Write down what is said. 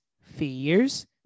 fears